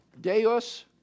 Deus